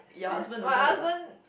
si~ my husband